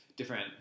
different